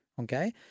okay